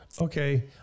Okay